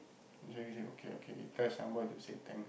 Sekar say okay okay tell shan boy to say thanks